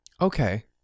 Okay